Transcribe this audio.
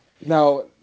Now